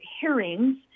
hearings